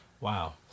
Wow